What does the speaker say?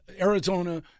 Arizona